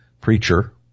preacher